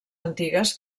antigues